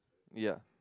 ya